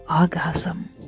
Orgasm